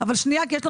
חבר הכנסת כסיף.